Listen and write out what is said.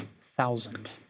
thousand